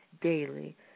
daily